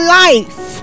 life